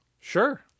Sure